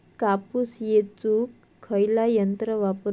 कापूस येचुक खयला यंत्र वापरू?